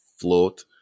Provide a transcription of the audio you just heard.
float